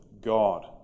God